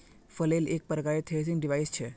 flail एक प्रकारेर threshing device छ